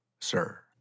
sir